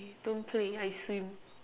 don't play I swim